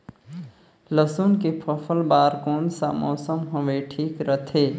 लसुन के फसल बार कोन सा मौसम हवे ठीक रथे?